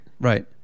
Right